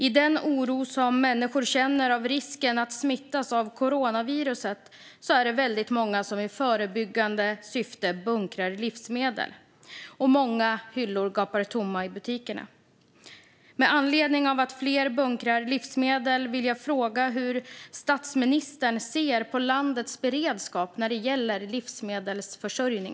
I den oro som människor känner för risken att smittas av coronaviruset är det många som i förebyggande syfte bunkrar livsmedel. Många hyllor gapar tomma i butikerna. Med anledning av att fler bunkrar livsmedel vill jag fråga hur statsministern ser på landets beredskap när det gäller livsmedelsförsörjning.